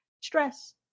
stress